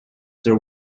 the